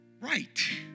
right